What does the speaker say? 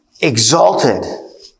exalted